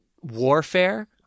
warfare